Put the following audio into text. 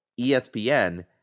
ESPN